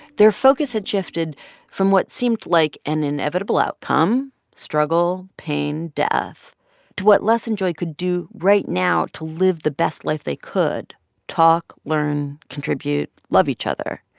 their focus had shifted from what seemed like an inevitable outcome struggle, pain, death to what les and joy could do right now to live the best life they could talk, learn, contribute, love each other.